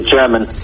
German